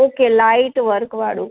okay light work વાળું